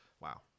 wow